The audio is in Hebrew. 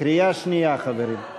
קריאה שנייה, חברים.